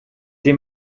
die